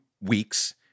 weeks